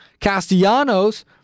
Castellanos